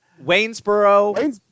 Waynesboro